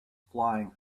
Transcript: flying